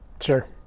Sure